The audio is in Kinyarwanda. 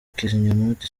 kizimyamoto